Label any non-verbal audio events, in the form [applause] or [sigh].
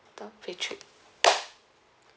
topic three [noise]